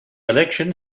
election